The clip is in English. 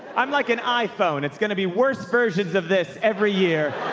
i'm like an iphone. it's going to be worse versions of this every year.